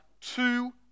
two